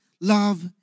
love